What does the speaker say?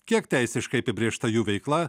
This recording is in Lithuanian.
kiek teisiškai apibrėžta jų veikla